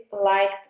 liked